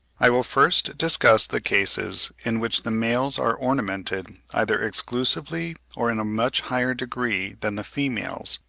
i will first discuss the cases in which the males are ornamented either exclusively or in a much higher degree than the females,